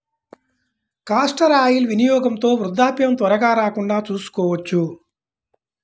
castor oil వినియోగంతో వృద్ధాప్యం త్వరగా రాకుండా చూసుకోవచ్చు